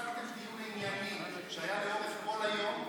הפסקת דיון ענייני שהיה לאורך כל היום,